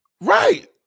Right